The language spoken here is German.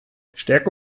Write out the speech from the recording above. stärke